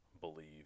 believe